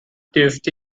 dürfte